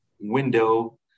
window